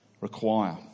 require